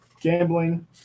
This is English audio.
gambling